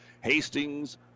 Hastings